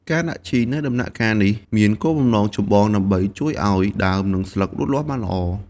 ការដាក់ជីនៅដំណាក់កាលនេះមានគោលបំណងចម្បងដើម្បីជួយឱ្យ ដើម និងស្លឹក លូតលាស់បានល្អ។